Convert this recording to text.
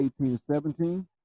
18-17